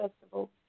festival